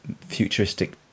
futuristic